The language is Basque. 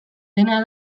dena